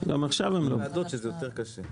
יש ועדות שזה יותר קשה.